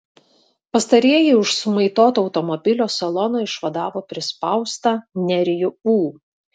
pastarieji iš sumaitoto automobilio salono išvadavo prispaustą nerijų ū